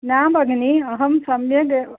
न भगिनी अहं सम्यगेव